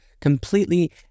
completely